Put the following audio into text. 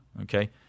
Okay